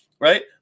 Right